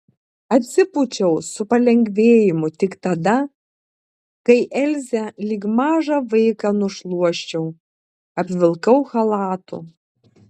atsipūčiau su palengvėjimu tik tada kai elzę lyg mažą vaiką nušluosčiau apvilkau chalatu